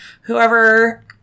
whoever